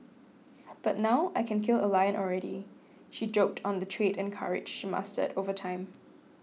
but now I can kill a lion already she joked on the trade and courage she mastered over time